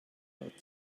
lot